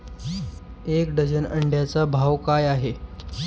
एक डझन अंड्यांचा भाव काय आहे?